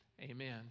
Amen